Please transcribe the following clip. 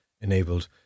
enabled